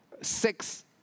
six